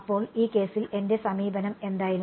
അപ്പോൾ ഈ കേസിൽ എന്റെ സമീപനം എന്തായിരുന്നു